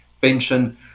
pension